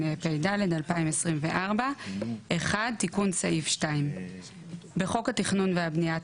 התשפ"ד-2024 תיקון סעיף 2. 1. בחוק התכנון והבנייה,